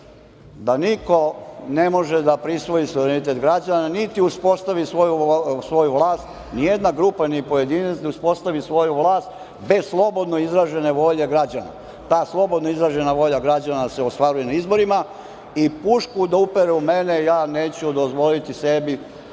da niko ne može da prisvoji suverenitet građana niti uspostavi svoju vlast, nijedna grupa ni pojedinac da uspostavi svoju vlast bez slobodne izražene volje građana. Ta slobodno izražena volja građana se ostvaruje na izborima i pušku da upere u mene, ja neću dozvoliti sebi